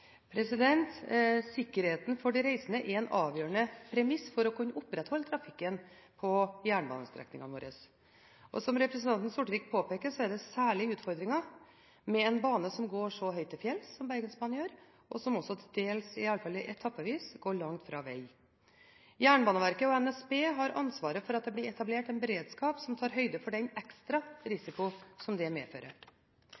for de reisende er en avgjørende premiss for å kunne opprettholde trafikken på jernbanestrekningene våre. Som representanten Sortevik påpeker, er det særlige utfordringer med en bane som går så høyt til fjells som Bergensbanen gjør, og som også til dels, iallfall etappevis, går langt fra veg. Jernbaneverket og NSB har ansvaret for at det er etablert en beredskap som tar høyde for den ekstra